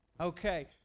Okay